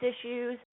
issues